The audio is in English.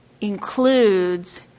includes